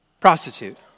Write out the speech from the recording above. prostitute